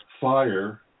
fire